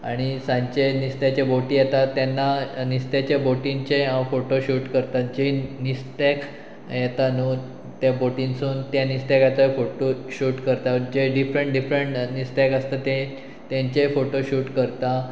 आनी सांचे नुस्त्याचे बोटी येता तेन्ना नुस्त्याचे बोटींचे हांव फोटो शूट करता जें नुस्त्याक येता न्हू त्या बोटीनसून त्या नुस्त्याकाचोय फोटो शूट करता जे डिफरंट डिफ्रंट नुस्त्याक आसता ते तेंचेय फोटो शूट करता